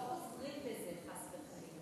לא חוזרים לזה, חס וחלילה?